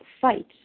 fight